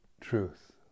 truth